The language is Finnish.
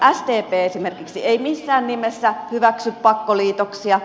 sdp esimerkiksi ei missään nimessä hyväksy pakkoliitoksia